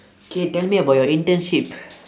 K tell me about your internship